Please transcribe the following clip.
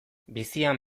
bizian